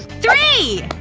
three!